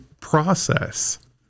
process